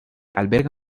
alberga